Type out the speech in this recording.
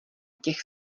těch